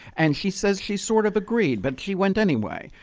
and she said she sort of agreed, but she went anyway.